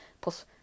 plus